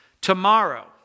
Tomorrow